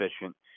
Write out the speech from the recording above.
efficient